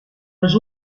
els